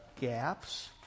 gaps